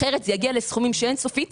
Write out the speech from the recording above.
אחרת זה יגיע לסכומים אין סופיים,